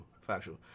factual